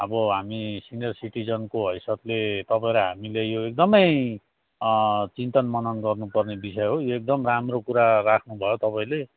अब हामी सिनियर सिटिजनको हेसियतले तपाईँ र हामीले यो एकदमै चिन्तन मनन गर्नुपर्ने विषय हो यो एकदम राम्रो कुरा राख्नुभयो तपाईँले